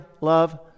love